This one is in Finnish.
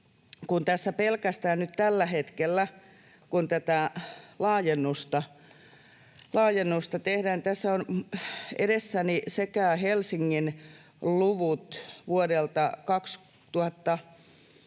pelkästään nyt tällä hetkellä, kun tätä laajennusta tehdään... Tässä on edessäni Helsingin luvut vuodelta 2021,